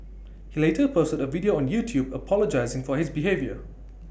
he later posted A video on YouTube apologising for his behaviour